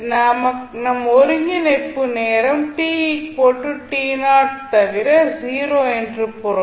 எனவே நம் ஒருங்கிணைப்பு நேரம் தவிர 0 என்று பொருள்